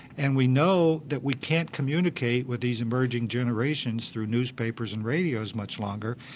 and we know that we can't communicate with these emerging generations through newspapers and radios much longer.